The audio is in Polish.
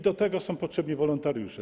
Do tego są potrzebni wolontariusze.